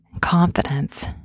Confidence